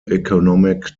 economic